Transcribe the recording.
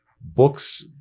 books